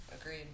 Agreed